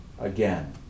again